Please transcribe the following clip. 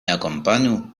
akompanu